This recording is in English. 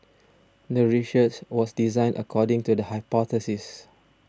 the research was designed according to the hypothesis